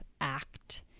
act